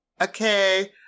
Okay